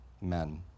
men